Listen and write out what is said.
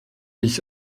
ich